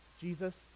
Jesus